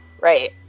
right